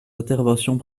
interventions